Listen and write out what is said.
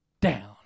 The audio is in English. down